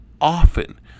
often